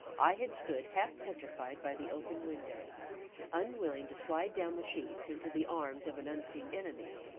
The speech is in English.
i had stood half-petrified by the open window unwilling to slide down the sheets into the arms of an unseen enemy,